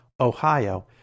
Ohio